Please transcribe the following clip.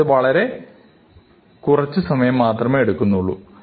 അതായത് വളരെ വളരെ വളരെ കുറച്ച് സമയം മാത്രമേ എടുക്കുന്നുള്ളൂ